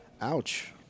ouch